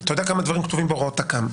אתה יודע כמה דברים כתובים בהוראות תכ"ם?